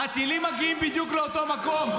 הטילים מגיעים בדיוק לאותו מקום.